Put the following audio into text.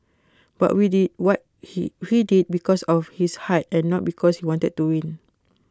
but we did what he he did because of his heart and not because he wanted to win